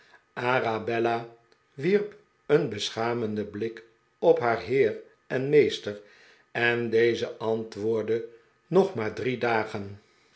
arabella wierp een beschaamden blik op haar heer en meester en deze antwoordde nog maar drie dagen